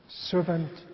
Servant